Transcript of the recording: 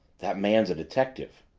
that man's a detective!